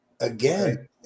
Again